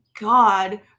god